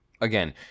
Again